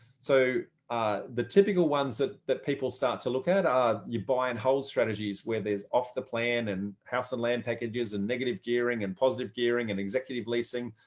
so the typical ones that that people start to look at are the buy-and-hold strategies where there's off the plan and house-and-land packages and negative gearing and positive gearing and executive leasing.